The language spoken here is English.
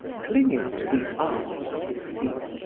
clinging to the arms of his seat,